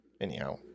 Anyhow